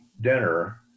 dinner